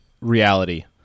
reality